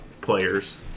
players